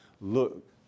Look